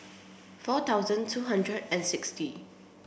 four thousand two hundred and sixty